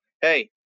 Hey